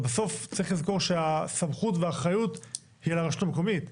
גם בסוף צריך לזוכר שהסמכות והאחריות היא על הרשות המקומית.